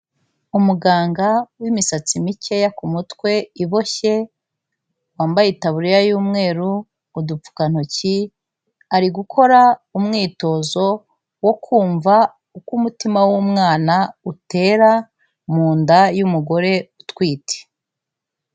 Umuganga wimisatsi mikeya ku mutwe iboshye, wambaye itaburiya y'umweru, udupfukantoki, ari gukora umwitozo wo kumva uko umutima w'umwana utera mu nda y'umugore utwite.